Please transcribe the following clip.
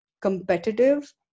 competitive